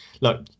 look